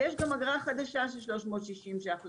ויש גם אגרה חדשה של 360 ש"ח לשעה.